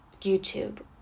YouTube